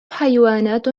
حيوانات